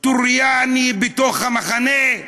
טרויאני בתוך המחנה?